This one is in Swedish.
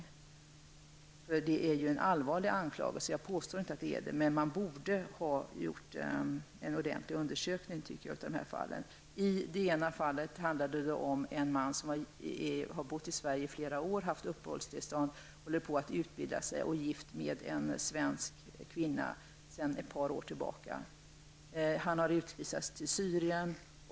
Jag påstår inte att det rör sig om kollektiv bestraffning, men det är en allvarlig anklagelse. Jag anser att man borde ha gjort en ordentlig undersökning. Det ena fallet handlade om en man som hade bott och hade haft uppehållstillstånd i Sverige under flera år. Han höll på att utbilda sig och var gift med en svensk kvinna. Denne man har utvisats till Syrien.